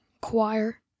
Choir